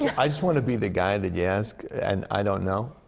yeah i just want to be the guy that you ask, and i don't know.